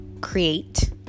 create